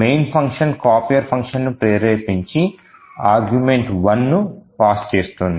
main function copier ఫంక్షన్ను ప్రేరేపించి argument 1 ను పాస్ చేస్తుంది